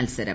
മത്സരം